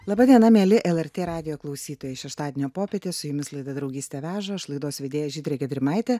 laba diena mieli lrt radijo klausytojai šeštadienio popietę su jumis laida draugystė veža aš laidos vedėja žydrė gedrimaitė